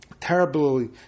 terribly